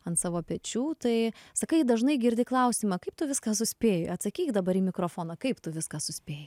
ant savo pečių tai sakai dažnai girdi klausimą kaip tu viską suspėji atsakyk dabar į mikrofoną kaip tu viską suspėji